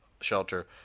shelter